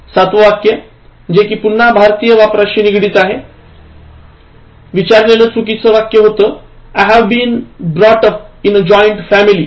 ७व वाक्य जे कि पुन्हा भारतीय वापराशी निगडित आहे विचारलेलं चुकीचं वाक्य होतं I've been brought up in a joint family